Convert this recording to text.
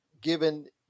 given